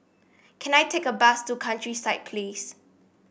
can I take a bus to Countryside Place